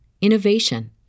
innovation